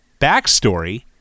backstory